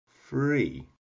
free